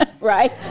right